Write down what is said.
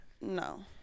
No